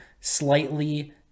slightly